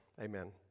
Amen